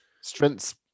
strengths